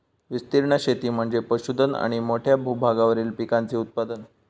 विस्तीर्ण शेती म्हणजे पशुधन आणि मोठ्या भूभागावरील पिकांचे उत्पादन